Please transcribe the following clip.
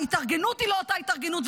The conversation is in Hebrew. ההתארגנות היא לא אותה התארגנות.